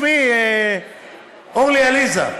תשמעי, אורלי, עליזה.